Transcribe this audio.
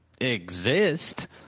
exist